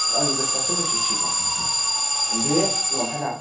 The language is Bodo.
आंनि गोसोआसो मिथिसिगौ बे लंफेना